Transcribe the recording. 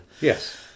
Yes